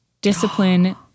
Discipline